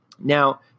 Now